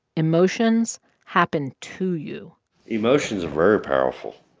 emotions happen to you emotions are very powerful.